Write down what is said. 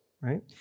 right